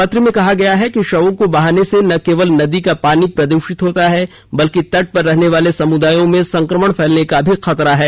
पत्र में कहा गया है शवों को बहाने से न केवल नदी का पानी प्रदूषित होता है बल्कि तट पर रहनेवाले समुदायों में संक्रमण फैलने का भी खतरा है